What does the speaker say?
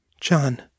John